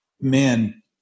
man